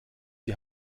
die